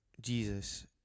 Jesus